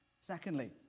Secondly